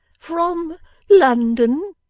from london